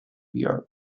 europe